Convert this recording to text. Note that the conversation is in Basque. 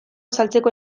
saltzeko